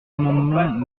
amendement